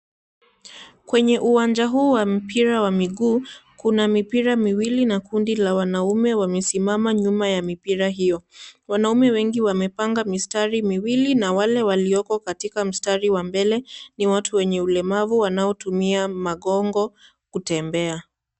Kwenye uwanja huu wa mpira wa miguu, kuna mipira miwili na kundi la wanaume wamesimama nyuma ya mipira hiyo. Wanaume wengi wamepanga mistari miwili, na wale waliopo katika mstari wa mbele ni watu wenye ulemavu wanaotumia magongo kutembea.